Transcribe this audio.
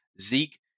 Zeke